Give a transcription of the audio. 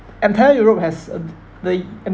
entire europe has um the